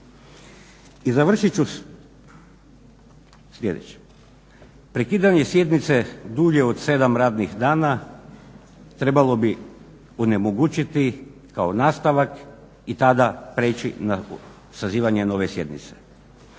I završit ću s slijedećim, prekidanje sjednice dulje od sedam radnih dana trebalo bi onemogućite kao nastavak i tada preći na sazivanje nove sjednice,